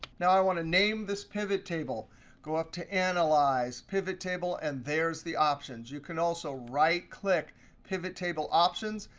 now, i want to name this pivottable. go up to analyze, pivottable, and there's the options. you can also right click pivottable options,